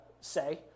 say